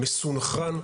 מסונכרן,